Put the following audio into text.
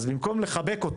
אז במקום לחבק אותו,